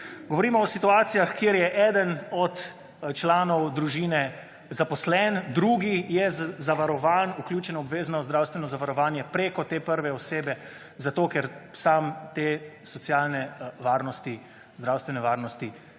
Govorimo o situacijah kjer je eden od članov družine zaposlen, drugi je zavarovan vključen v obvezno zdravstveno zavarovanje preko te prve osebe zato, ker sam te socialne varnosti, zdravstvene varnosti